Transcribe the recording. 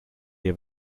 have